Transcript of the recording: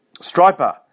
Striper